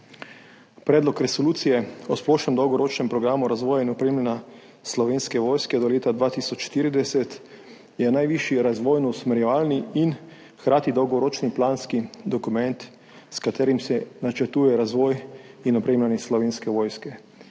Predlog resolucije o splošnem dolgoročnem programu razvoja in opremljanja Slovenske vojske do leta 2040 je najvišji razvojno usmerjevalni in hkrati dolgoročni planski dokument, s katerim se načrtuje razvoj in opremljanje Slovenske vojske.